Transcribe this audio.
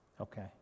Okay